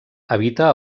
habita